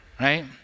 right